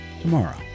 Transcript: tomorrow